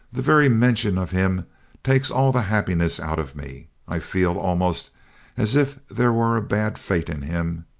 the very mention of him takes all the happiness out of me. i feel almost as if there were a bad fate in him.